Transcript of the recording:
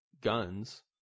guns